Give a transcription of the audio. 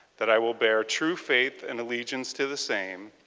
that i will bear true faith in allegiance to the same,